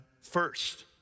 first